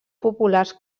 populars